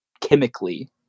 chemically